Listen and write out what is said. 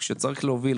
כשצריך להוביל,